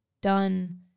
done